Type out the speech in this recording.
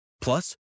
plus